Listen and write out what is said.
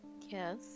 Yes